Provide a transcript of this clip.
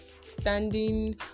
standing